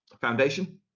foundation